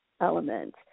element